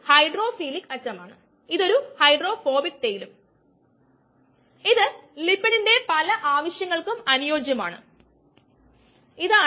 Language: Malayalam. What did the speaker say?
മോഡൽ പാരാമീറ്ററുകൾ vm Km ഇവ ലളിതമായ ഒരു എൻസൈം കയ്നെറ്റിക്സ് വിവരിക്കാൻ ആവശ്യമായ രണ്ട് മോഡൽ പാരാമീറ്ററുകളാണ്